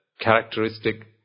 characteristic